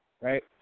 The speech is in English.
right